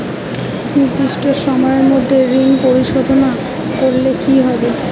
নির্দিষ্ট সময়ে মধ্যে ঋণ পরিশোধ না করলে কি হবে?